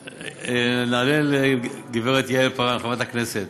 נענה לגברת יעל פארן, חברת הכנסת.